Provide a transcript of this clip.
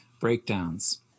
breakdowns